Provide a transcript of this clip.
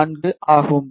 4 ஆகும்